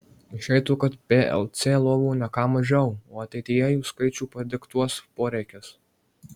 išeitų kad plc lovų ne ką mažiau o ateityje jų skaičių padiktuos poreikis